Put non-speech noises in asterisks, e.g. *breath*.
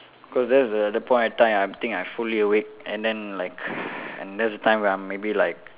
cause that's the the point of time I think I'm fully awake and then like *breath* and that's the time where I'm maybe like